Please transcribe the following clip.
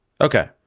Okay